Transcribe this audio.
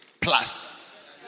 plus